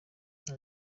nta